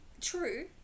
true